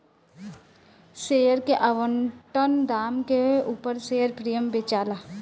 share के आवंटन दाम के उपर शेयर प्रीमियम बेचाला